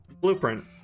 blueprint